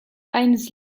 heinz